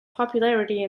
popularity